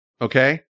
Okay